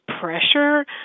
pressure